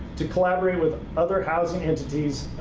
to collaborate with other housing entities,